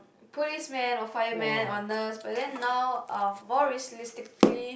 policeman or fireman or nurse but then now um more realistically